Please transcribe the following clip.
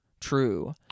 true